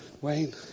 Wayne